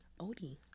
Odie